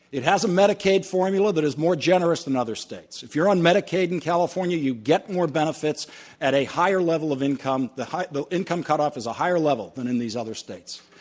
it has a medicaid formula that is more generous than other states. if you're on medicaid in california you get more benefits at a higher level of income, the high the income cutoff is a higher level than in these other states.